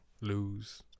lose